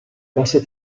basse